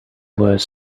were